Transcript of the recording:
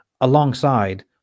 alongside